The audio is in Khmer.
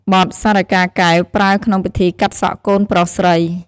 បទសារិកាកែវ ប្រើក្នុងពិធីកាត់សក់កូនប្រុសស្រី។